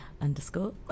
underscore